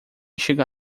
chega